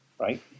right